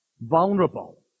vulnerable